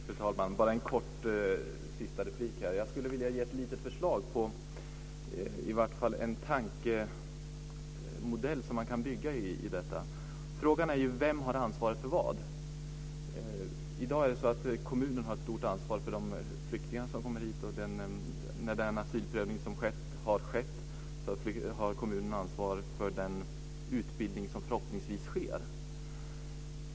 Fru talman! Bara en kort sista replik. Jag skulle vilja ge ett litet förslag på i vart fall en tankemodell som man kan bygga vidare på. Frågan är ju vem som har ansvar för vad. I dag är det kommunen som har ett stort ansvar för de flyktingar som kommer hit. När asylprövningen har skett har kommunen ansvar för den utbildning som förhoppningsvis sker.